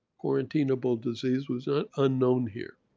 quarantine-able disease was an unknown here.